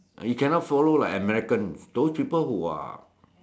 you can not follow like Americans those people who are